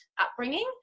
upbringing